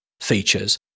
features